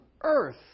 earth